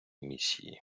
місії